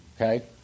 Okay